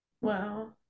Wow